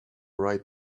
right